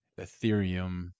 Ethereum